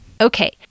Okay